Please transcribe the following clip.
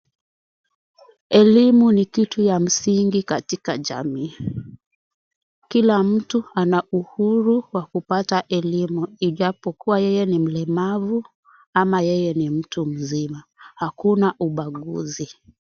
Elimu ni kitu ya msingi katika jamii. Kila mtu ana uhuru wa kupata elimu ijapokuwa yeye ni mlemavu ama yeye ni mtu mzima. Hakuna ubaguzi.